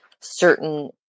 certain